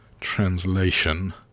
Translation